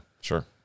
Sure